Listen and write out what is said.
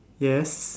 yes